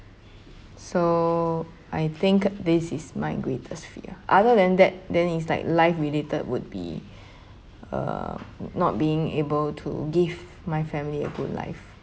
so I think this is my greatest fear other than that then it's like life related would be uh not being able to give my family a good life